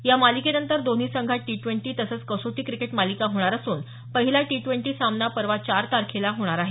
या मालिकेनंतर दोन्ही संघात टी ड्वेंटी तसंच कसोटी क्रिकेट मालिका होणार असून पहिला टी ड्वेंटी सामना परवा चार तारखेला होणार आहे